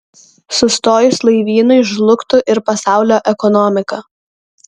sustojus laivynui žlugtų ir pasaulio ekonomika